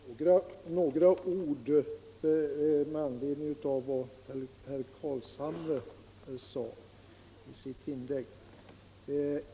Herr talman! Några ord med anledning av vad herr Carlshamre sade i sitt inlägg.